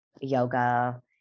yoga